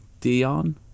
Dion